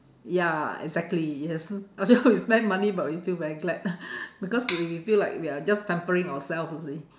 ya exactly yes although we spend money but we feel very glad because we feel like we are just pampering ourselves you see